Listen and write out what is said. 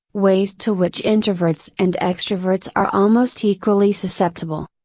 ways to which introverts and extroverts are almost equally susceptible.